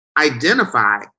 identify